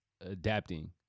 adapting